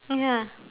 ya